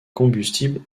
combustible